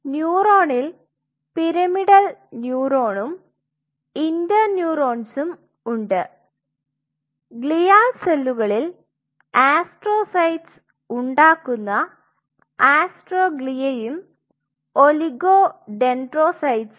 ന്യൂറോണിൽ pyramidal ന്യൂറോണും ഇന്റർ ന്യൂറോയോൺസും ഉണ്ട് ഗ്ലിയാൽ സെല്ലുകളിൽ ആസ്ട്രോസൈറ്റ്സ് ഉണ്ടാകുന്ന ആസ്ട്രോഗ്ലിയ യും ഒലിഗോഡൻഡ്രയ്ട്സും ഉണ്ട്